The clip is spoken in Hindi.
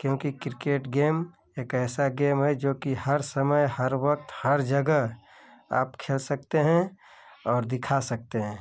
क्योंकि किरकेट गेम एक ऐसा गेम है जो कि हर समय हर वक्त हर जगह आप खेल सकते हें और दिखा सकते हैं